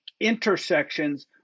intersections